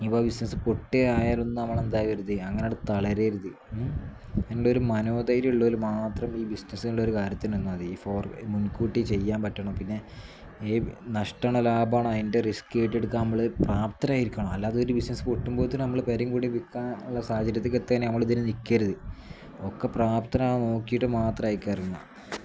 ഈ വക ബിസിനസ്സ് പൊട്ടി ആയാലൊന്നും നമ്മൾ എന്തായരുത് അങ്ങനെടു തളരരുത് എൻ്റെ ഒരു മനോദൈര്യമുള്ളവർ മാത്രം ഈ ബിസിനസ്സിനുള്ള ഒരു കാര്യത്തിന് നിന്ന് അത് ഈ ഫോർ മുൻകൂട്ടി ചെയ്യാൻ പറ്റണം പിന്നെ നഷ്ടമാണോ ലാഭമാണ് അതിൻ്റെ റിസ്ക്ക് ഏറ്റെടുക്കുക നമ്മൾ പ്രാപ്തരായിരിക്കണം അല്ലാതൊരു ബിസിനസ് പൊട്ടുമ്പോഴത്തെ നമ്മൾ പെരയും കൂടി വിൽക്കാനുള്ള സാഹചര്യത്തിൽ എ തന്നെ നമ്മൾ ഇതിന് നിൽക്കരുത് ഒക്കെ പ്രാപ്തനാകുക നോക്കിയിട്ട് മാത്രം അതിലേക്ക് ഇറങ്ങുക